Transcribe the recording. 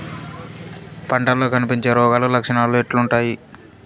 పంటల్లో కనిపించే రోగాలు లక్షణాలు ఎట్లుంటాయి?